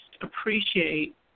appreciate